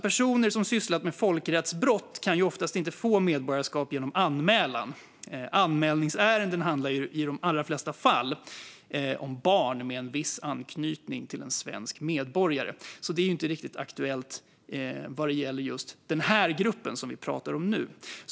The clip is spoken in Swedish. Personer som har sysslat med folkrättsbrott kan oftast inte få medborgarskap genom anmälan. Anmälningsärenden handlar ju i de allra flesta fall om barn med viss anknytning till en svensk medborgare, så det är inte riktigt aktuellt när det gäller just den grupp vi pratar om nu.